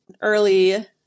early